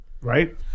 Right